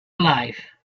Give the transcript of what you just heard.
alive